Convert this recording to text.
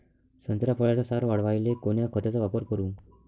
संत्रा फळाचा सार वाढवायले कोन्या खताचा वापर करू?